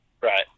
Right